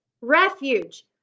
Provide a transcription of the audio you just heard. refuge